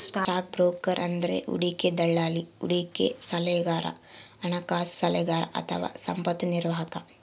stock broker ಎಂದರೆ ಹೂಡಿಕೆ ದಲ್ಲಾಳಿ, ಹೂಡಿಕೆ ಸಲಹೆಗಾರ, ಹಣಕಾಸು ಸಲಹೆಗಾರ ಅಥವಾ ಸಂಪತ್ತು ನಿರ್ವಾಹಕ